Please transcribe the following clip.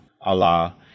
Allah